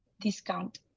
discount